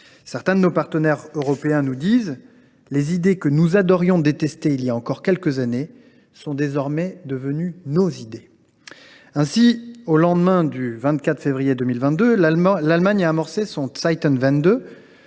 Certains de nos partenaires européens nous disent :« Les idées que nous adorions détester il y a encore quelques années sont désormais devenues nos idées !